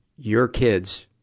your kids,